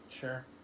Sure